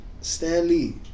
Stanley